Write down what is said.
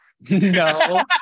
No